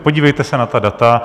Podívejte se na ta data.